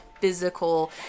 physical